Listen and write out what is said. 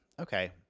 Okay